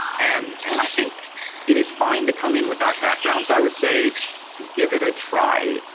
and and i think it is fine to come in with that background. so i would say give it a try.